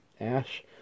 Ash